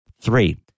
three